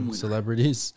celebrities